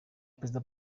perezida